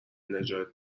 نجات